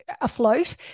afloat